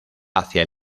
hacia